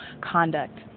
conduct